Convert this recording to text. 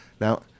Now